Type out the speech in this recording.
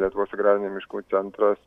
lietuvos agrarinių miškų centras